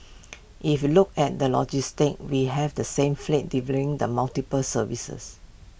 if look at the logistics we have the same fleet delivering the multiple services